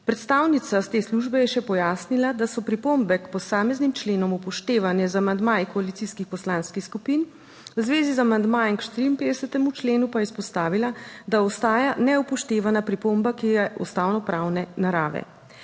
Predstavnica s te službe je še pojasnila, da so pripombe k posameznim členom upoštevane z amandmaji koalicijskih poslanskih skupin, v zvezi z amandmajem k 54. členu pa je izpostavila, da ostaja neupoštevana pripomba, ki je ustavno pravne narave.